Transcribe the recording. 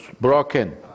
broken